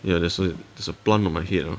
ya there's a~ there's a plant on my head ah